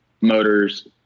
motors